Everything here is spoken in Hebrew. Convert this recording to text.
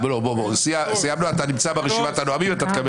תצביע